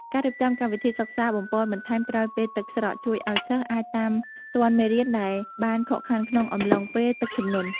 ការរៀបចំកម្មវិធីសិក្សាបំប៉នបន្ថែមក្រោយពេលទឹកស្រក ជួយឱ្យសិស្សអាចតាមទាន់មេរៀនដែលបានខកខានក្នុងអំឡុងពេលទឹកជំនន់។